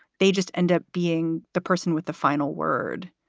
they just end up being the person with the final word.